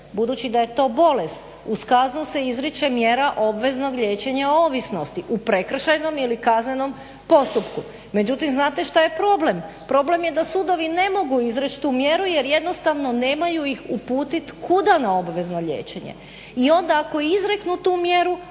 budući da je to bolest, uz kaznu se izriče mjera obveznog liječenja ovisnosti u prekršajnom ili kaznenom postupku. Međutim, znate šta je problem. Problem je da sudovi ne mogu izreć tu mjeru jer jednostavno nemaju ih uputit kuda na obvezno liječenje. I onda ako izreknu tu mjeru